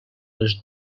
les